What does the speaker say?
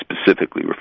specifically